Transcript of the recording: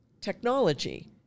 technology